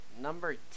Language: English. number